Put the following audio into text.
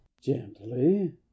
Gently